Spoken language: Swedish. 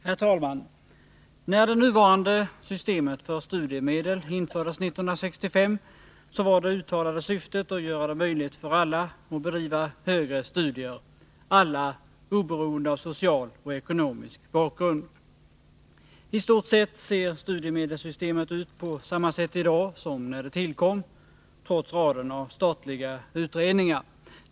Herr talman! När det nuvarande systemet för studiemedel infördes 1965 var det uttalade syftet att göra det möjligt för alla att bedriva högre studier — alla, oberoende av social och ekonomisk bakgrund. I stort sett ser studiemedelssystemet ut på samma sätt i dag som när det tillkom — trots raden av statliga utredningar.